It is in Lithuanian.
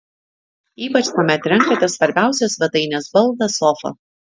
ypač kuomet renkatės svarbiausią svetainės baldą sofą